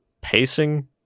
pacing